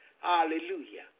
Hallelujah